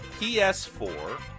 PS4